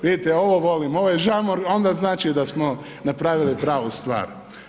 Vidite ovo volim, ovaj žamor onda znači da smo napravili pravu stvar.